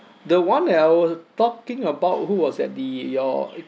the one that l was talking about who was at the your